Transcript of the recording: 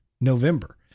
November